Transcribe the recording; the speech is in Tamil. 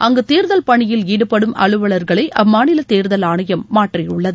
அங்கு தேர்தல் பணியில் ஈடுபடும் அலுவலர்களை அம்மாநில தேர்தல் ஆணையம் மாற்றியுள்ளது